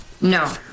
No